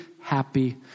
happy